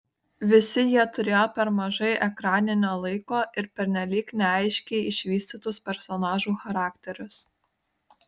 visi jie turėjo per mažai ekraninio laiko ir pernelyg neaiškiai išvystytus personažų charakterius